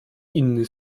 inny